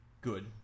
good